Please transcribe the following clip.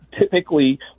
typically